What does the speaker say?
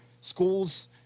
schools